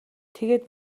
тэгээд